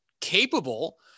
capable